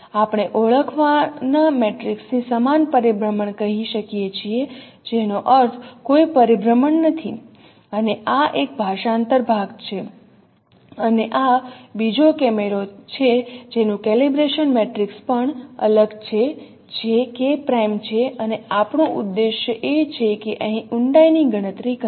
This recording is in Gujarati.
આપણે ઓળખાવાના મેટ્રિક્સની સમાન પરિભ્રમણ કહી શકીએ છીએ જેનો અર્થ કોઈ પરિભ્રમણ નથી અને આ એક ભાષાંતર ભાગ છે અને આ બીજો કેમેરો છે જેનું કેલિબ્રેશન મેટ્રિક્સ પણ અલગ છે જે k છે અને આપણું ઉદ્દેશ એ છે કે અહીં ઊંડાઈની ગણતરી કરવી